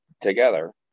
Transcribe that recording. Together